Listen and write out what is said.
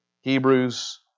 Hebrews